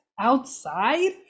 outside